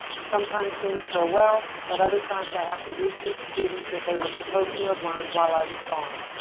sometimes things go well, but other times i have to re teach students what they were supposed to have learned while i was gone.